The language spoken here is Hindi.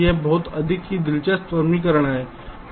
यह एक बहुत ही दिलचस्प समीकरण है